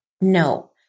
No